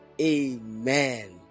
Amen